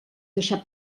deixar